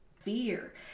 fear